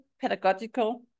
pedagogical